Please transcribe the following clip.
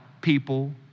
People